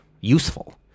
useful